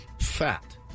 Fat